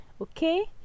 okay